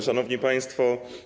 Szanowni Państwo.